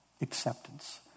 Acceptance